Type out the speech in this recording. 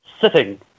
Sitting